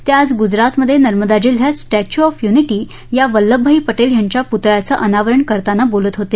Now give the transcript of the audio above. ते आज गुजरातमधे नर्मदा जिल्ह्यात स्टॅच्यू ऑफ युनिटी या वल्लभभाई पटेल यांच्या पुतळ्याचं अनावरण करताना बोलत होते